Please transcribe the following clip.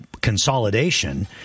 consolidation